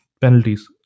penalties